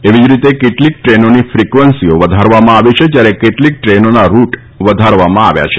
એવી જ રીતે કેટલીક દ્રેનોની ફીકવન્સી વધારવામાં આવી છે જ્યારે કેટલીક ટ્રેનોના રૂટ વધારવામાં આવ્યા છે